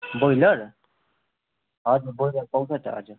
broiler हजुर broiler पाउँछ त हजुर